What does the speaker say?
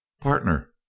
Partner